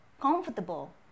comfortable